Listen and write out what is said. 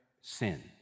sins